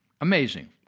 Amazing